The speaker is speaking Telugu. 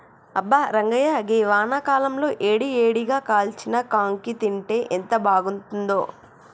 అబ్బా రంగాయ్య గీ వానాకాలంలో ఏడి ఏడిగా కాల్చిన కాంకి తింటే ఎంత బాగుంతుందో